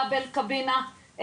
דאבל קבינה,